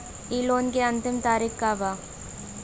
इ लोन के अन्तिम तारीख का बा?